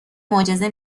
معجزه